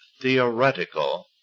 theoretical